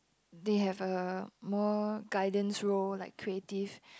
they have a more guidance role like creative